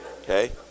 okay